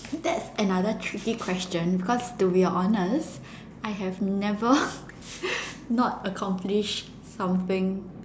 that's another tricky question because to be honest I have never not accomplished something